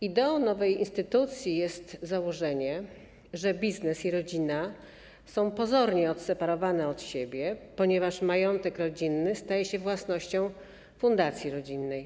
Ideą nowej instytucji jest założenie, że biznes i rodzina są pozornie odseparowane od siebie, ponieważ majątek rodzinny staje się własnością fundacji rodzinnej.